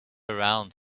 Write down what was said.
around